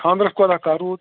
خانٛدرس کوتاہ کال روٗد